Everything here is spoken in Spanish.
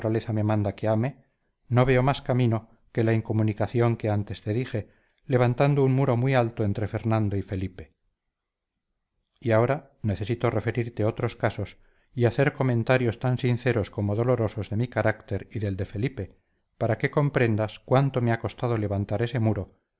me manda que ame no veo más camino que la incomunicación que antes te dije levantando un muro muy alto entre fernando y felipe y ahora necesito referirte otros casos y hacer comentarios tan sinceros como dolorosos de mi carácter y del de felipe para que comprendas cuánto me ha costado levantar ese muro